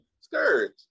scourge